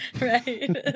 right